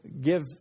give